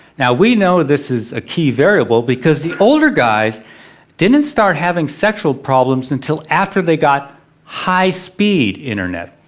now, we know this is a key variable because the older guys didn' t and start having sexual problems until after they got high-speed internet.